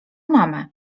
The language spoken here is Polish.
mamę